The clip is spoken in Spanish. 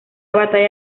batalla